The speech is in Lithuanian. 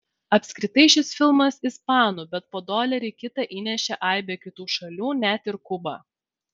apskritai šis filmas ispanų bet po dolerį kitą įnešė aibė kitų šalių net ir kuba